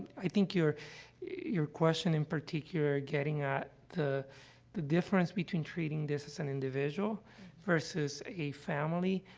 i think your your question, in particular, getting at the the difference between treating this as an individual versus a family